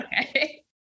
Okay